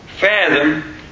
fathom